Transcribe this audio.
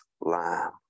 Lamb